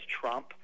Trump